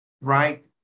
right